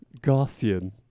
Gaussian